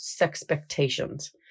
expectations